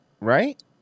right